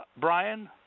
Brian